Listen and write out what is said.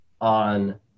on